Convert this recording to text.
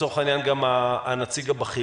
לצורך העניין, גם הנציג הבכיר.